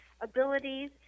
abilities